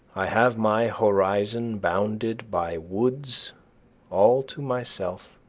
i have my horizon bounded by woods all to myself